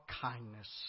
kindness